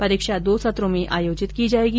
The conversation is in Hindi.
परीक्षा दो सत्रों में आयोजित की जाएगी